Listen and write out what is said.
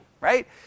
Right